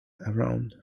around